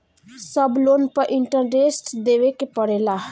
सब लोन पर इन्टरेस्ट देवे के पड़ेला?